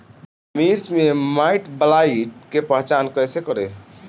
मिर्च मे माईटब्लाइट के पहचान कैसे करे?